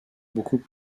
beaucoup